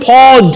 Paul